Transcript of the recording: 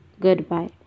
goodbye